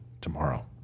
tomorrow